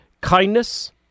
Kindness